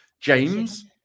james